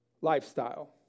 lifestyle